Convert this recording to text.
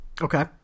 Okay